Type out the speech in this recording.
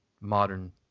modern